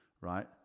right